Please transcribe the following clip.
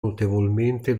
notevolmente